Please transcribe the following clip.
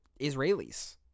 Israelis